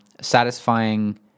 satisfying